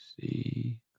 see